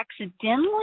accidentally